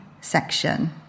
section